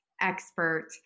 expert